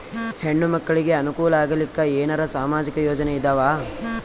ಹೆಣ್ಣು ಮಕ್ಕಳಿಗೆ ಅನುಕೂಲ ಆಗಲಿಕ್ಕ ಏನರ ಸಾಮಾಜಿಕ ಯೋಜನೆ ಇದಾವ?